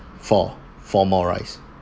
four four more rice